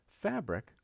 fabric